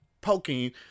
poking